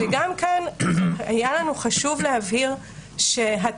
וגם כאן היה לנו חשוב להבהיר שהטענות,